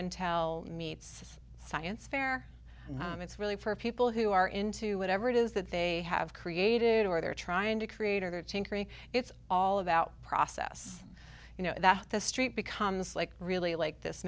and tell meets science fair and it's really for people who are into whatever it is that they have created or they're trying to create or tinkering it's all about process you know that the street becomes like really like this